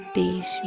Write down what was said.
days